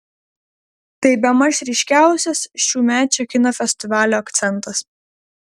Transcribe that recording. tai bemaž ryškiausias šiųmečio kino festivalio akcentas